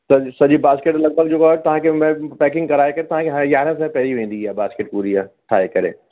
स सॼी बास्केट लगभॻि जेको आहे तव्हांखे म पैकिंग कराए करे तव्हांखे यारहें सै पई वेंदी इहा बास्केट पूरी हीअ ठाहे करे